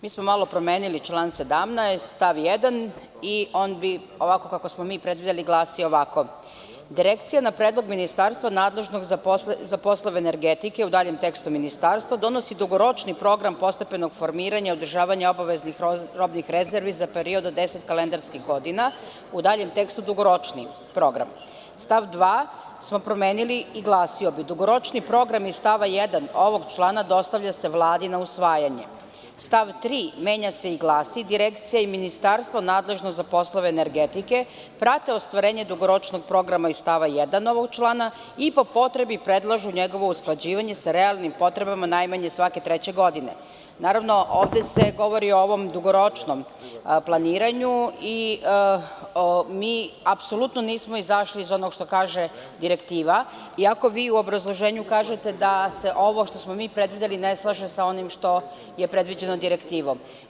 Mi smo malo promenili član 17. stav 1. i on bi, ovako kako smo mi predvideli glasio ovako: „Direkcija na predlog ministarstva nadležnog za poslove energetike (u daljem tekstu: Ministarstvo), donosi dugoročni program postepenog formiranja i održavanja obaveznih robnih rezervi za period od 10 kalendarskih godina (u daljem tekstu: dugoročni program).“ Stav 2. smo promenili i glasio bi: „Dugoročni program iz stava 1. ovog člana dostavlja se Vladi na usvajanje.“ Stav 3. menja se i glasi: „Direkcija i Ministarstvo nadležno za poslove energetike prate ostvarenje dugoročnog programa iz stava 1. ovog člana i po potrebi predlažu njegovo usklađivanje sa realnim potrebama najmanje svake treće godine.“ Naravno ovde se govori o ovom dugoročnom planiranju i mi apsolutno nismo izašli iz onog što kaže direktiva, iako vi u obrazloženju kažete da se ovo što smo mi predvideli ne slaže sa onim što je predviđeno direktivom.